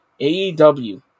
AEW